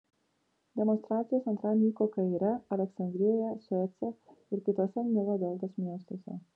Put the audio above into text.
demonstracijos antradienį vyko kaire aleksandrijoje suece ir kituose nilo deltos miestuose